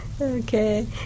Okay